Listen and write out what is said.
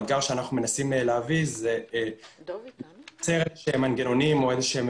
האתגר שאנחנו מנסים להביא זה --- מנגנונים או איזה שהם